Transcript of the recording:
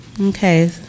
Okay